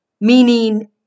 meaning